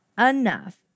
enough